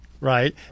right